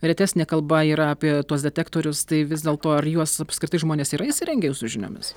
retesnė kalba yra apie tuos detektorius tai vis dėlto ar juos apskritai žmonės yra įsirengę jūsų žiniomis